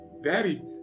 Daddy